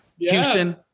Houston